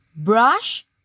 Brush